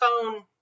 phone